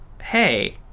hey